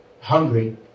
hungry